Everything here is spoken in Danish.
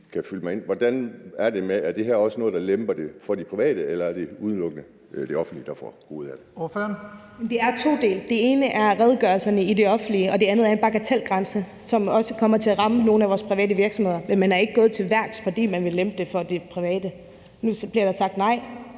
får goder ud af det? Kl. 15:56 Første næstformand (Leif Lahn Jensen): Ordføreren. Kl. 15:56 Sólbjørg Jakobsen (LA): Det er todelt. Det ene er redegørelserne i det offentlige, og det andet er en bagatelgrænse, som også kommer til at ramme nogle af vores private virksomheder, men man er ikke gået sådan til værks, fordi man vil lempe det for det private. Nu bliver der sagt nej